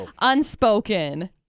unspoken